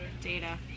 data